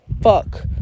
fuck